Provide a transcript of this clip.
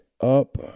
up